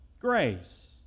grace